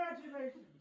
Congratulations